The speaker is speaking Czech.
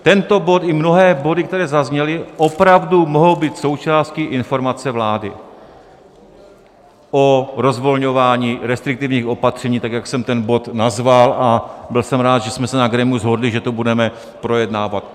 Tento bod i mnohé body, které zazněly, opravdu mohou být součástí informace vlády o rozvolňování restriktivních opatření, jak jsem ten bod nazval, a byl jsem rád, že jsme se na grémiu shodli, že to budeme projednávat.